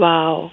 Wow